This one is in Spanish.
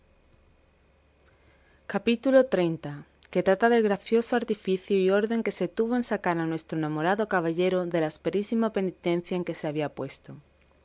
capítulo xxx que trata del gracioso artificio y orden que se tuvo en sacar a nuestro enamorado caballero de la asperísima penitencia en que se había puesto